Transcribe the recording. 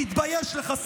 תתבייש לך,